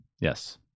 Yes